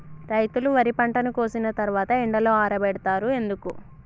రైతులు వరి పంటను కోసిన తర్వాత ఎండలో ఆరబెడుతరు ఎందుకు?